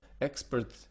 expert